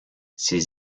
ses